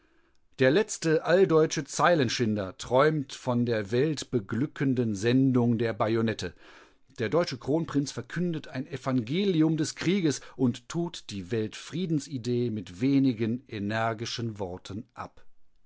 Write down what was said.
der letzte alldeutsche zeilenschinder träumt von der weltbeglückenden sendung der bajonette der deutsche kronprinz verkündet ein evangelium des krieges und tut die weltfriedensidee mit wenigen energischen worten ab